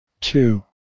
two